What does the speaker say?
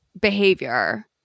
behavior